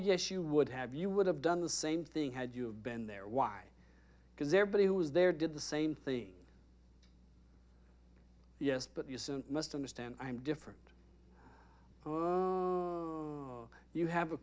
yes you would have you would have done the same thing had you have been there why because there but it was there did the same thing yes but you must understand i'm different you have a